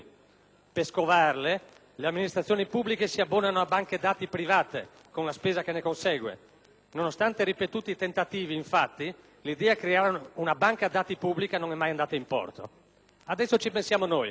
Per scovarle le amministrazioni pubbliche si abbonano a banche dati private, con la spesa che ne consegue. Nonostante ripetuti tentativi, infatti, l'idea di creare una banca dati pubblica non è mai andata in porto. Adesso ci pensiamo noi.